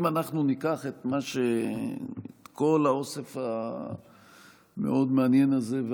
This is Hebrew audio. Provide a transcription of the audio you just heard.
אם אנחנו ניקח את כל האוסף המאוד-מעניין הזה שאדוני מקריא כאן,